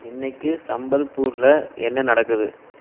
இன்னைக்கு சம்பல்பூரில் என்ன நடக்குது